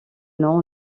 nom